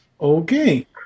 Okay